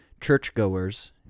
churchgoers